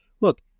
Look